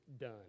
done